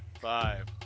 Five